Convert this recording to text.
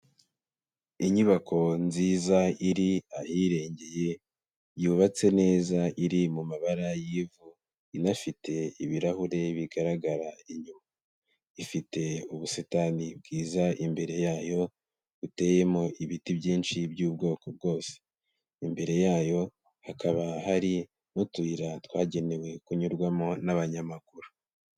Inyubako nziza iri ahirengeye yubatse neza iri mu mabara y'ivu inafite ibirahure bigaragara inyuma. Ifite ubusitani bwiza imbere yayo buteyemo ibiti byinshi by'ubwoko bwose. Imbere yayo hakaba hari n'utuyira twagenewe kunyurwamo n'abanyamaguru.